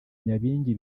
nyabingi